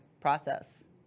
process